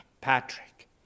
Patrick